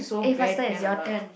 eh faster it's your turn